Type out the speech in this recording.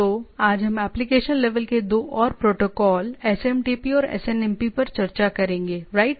तो आज हम एप्लिकेशन लेवल के दो और प्रोटोकॉल SMTP और SNMP पर चर्चा करेंगे राइट